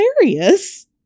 hilarious